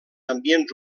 ambients